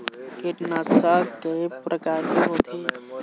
कीटनाशक कय प्रकार के होथे?